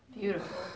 Beautiful